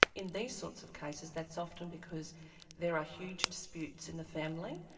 in these sorts of cases that's often because there are huge disputes in the family,